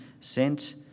sent